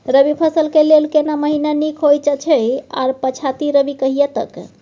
रबी फसल के लेल केना महीना नीक होयत अछि आर पछाति रबी कहिया तक?